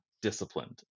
disciplined